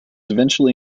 eventually